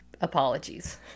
Apologies